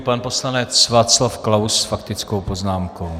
Pan poslanec Václav Klaus s faktickou poznámkou.